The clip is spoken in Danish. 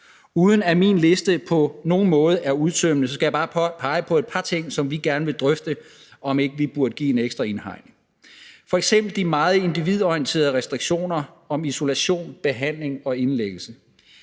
Uden at min liste på nogen måde er udtømmende, skal jeg bare pege på et par ting, som vi gerne vil drøfte om vi ikke burde give en ekstra indhegning. Det gælder f.eks. de meget individorienterede restriktioner med hensyn til isolation, behandling og indlæggelse.